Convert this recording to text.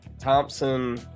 Thompson